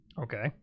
Okay